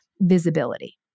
visibility